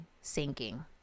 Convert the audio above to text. sinking